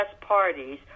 parties